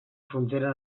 frontera